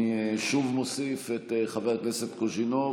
אני שוב מוסיף את חבר הכנסת קוז'ינוב,